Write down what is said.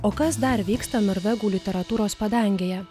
o kas dar vyksta norvegų literatūros padangėje